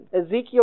Ezekiel